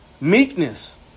Meekness